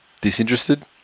disinterested